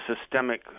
systemic